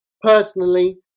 Personally